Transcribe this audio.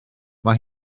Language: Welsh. mae